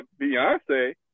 Beyonce